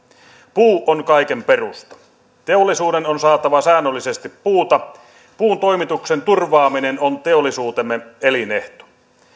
puu on kaiken perusta teollisuuden on saatava säännöllisesti puuta puun toimituksen turvaaminen on teollisuutemme elinehto